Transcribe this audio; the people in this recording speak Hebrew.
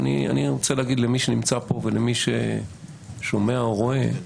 אני רוצה לומר למי שנמצא כאן ולמי ששומע או רואה.